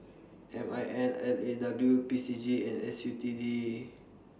M I N L A W P C G and S U T D